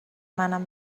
منم